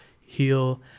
heal